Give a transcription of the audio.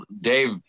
Dave